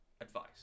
advice